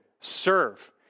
Serve